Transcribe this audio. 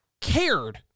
cared